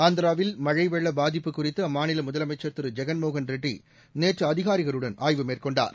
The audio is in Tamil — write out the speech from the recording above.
ஆந்திராவில் மழை வெள்ள பாதிப்பு குறித்து அம்மாநில முதலமைச்சர் திரு ஜெகன்மோகன் ரெட்டி நேற்று அதிகாரிகளுடன் ஆய்வு மேற்கொண்டார்